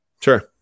Sure